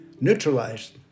neutralized